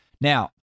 now